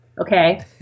Okay